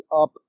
up